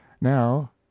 now